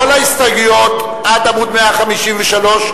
כל ההסתייגויות עד עמוד 153,